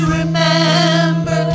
remember